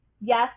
yes